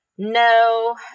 No